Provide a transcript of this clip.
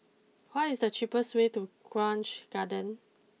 what is the cheapest way to Grange Garden